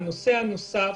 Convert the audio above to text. (היו"ר עאידה תומא סלימאן, 10:35) נושא נוסף: